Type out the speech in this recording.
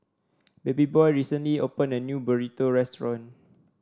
Babyboy recently opened a new Burrito Restaurant